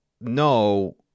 no